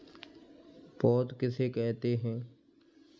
पौध किसे कहते हैं?